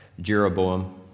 Jeroboam